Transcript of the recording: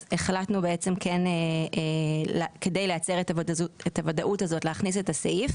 אז כדי לייצר את הוודאות הזאת החלטנו להכניס את הסעיף,